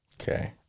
Okay